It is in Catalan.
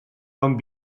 bon